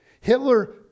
Hitler